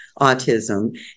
autism